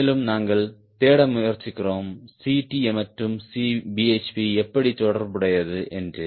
மேலும் நாங்கள் தேட முயற்சிக்கிறோம் Ct மற்றும் Cbhp எப்படி தொடர்புடையது என்று